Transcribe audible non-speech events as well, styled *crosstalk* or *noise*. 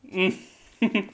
mm *laughs*